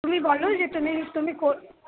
তুমি বলো যে তুমি তুমি কর